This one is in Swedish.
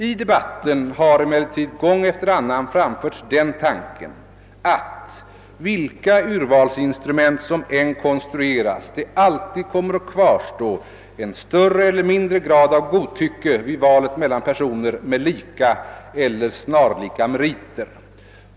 I debatten har emellertid gång efter annan framförts den tanken att, vilka urvalsinstrument som än konstrueras, det alltid kommer att kvarstå en större eller mindre grad av godtycke vid valet mellan personer med lika eller snarlika meriter.